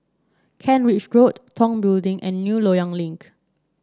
Kent Ridge Road Tong Building and New Loyang Link